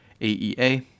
A-E-A